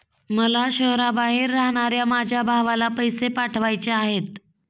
मला शहराबाहेर राहणाऱ्या माझ्या भावाला पैसे पाठवायचे आहेत